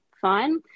fine